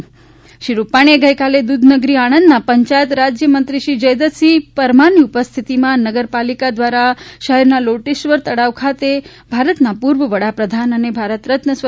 મુખ્યમંત્રીશ્રી વિજયભાઇ રૂપાણીએ ગઈકાલે દૂધનગરી આણંદના પંચાયત રાજય મંત્રીશ્રી જયદ્રથસિંહ પરમારની ઉપસ્થિતિમાં નગરપાલિકા દ્વારા શહેરના લોટેશ્વર તળાવ ખાતે ભારતના પૂર્વ વડાપ્રધાન અને ભારતરત્ન સ્વ